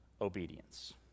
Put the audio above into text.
obedience